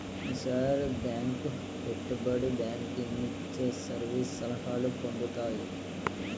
ఏసార bank పెట్టుబడి bank ఇవిచ్చే service సలహాలు పొందుతాయి